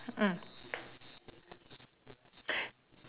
mm